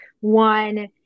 one